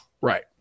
Right